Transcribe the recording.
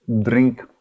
drink